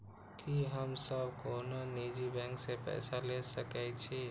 की हम सब कोनो निजी बैंक से पैसा ले सके छी?